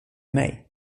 mig